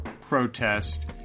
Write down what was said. protest